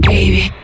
Baby